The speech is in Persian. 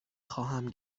خواهم